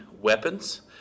weapons